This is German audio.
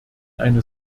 eine